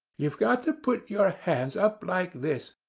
you've got to put your hands up like this.